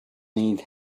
need